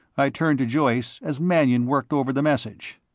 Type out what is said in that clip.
i turned to joyce as mannion worked over the message.